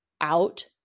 out